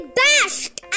bashed